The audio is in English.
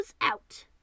out